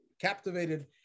captivated